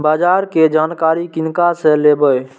बाजार कै जानकारी किनका से लेवे?